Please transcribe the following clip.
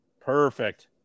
Perfect